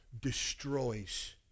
destroys